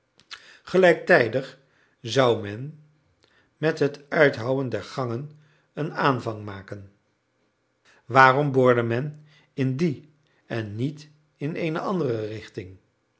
gelijktijdig zou men met het uithouwen der gangen een aanvang maken waarom boorde men in die en niet in eene andere richting